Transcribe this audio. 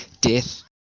death